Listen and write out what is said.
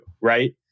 right